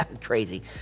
crazy